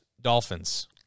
Dolphins